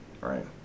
right